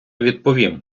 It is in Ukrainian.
відповім